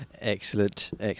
excellent